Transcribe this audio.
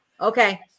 Okay